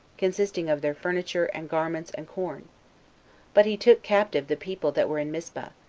consisting of their furniture, and garments, and corn but he took captive the people that were in mispah,